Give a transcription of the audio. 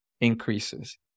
increases